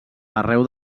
arreu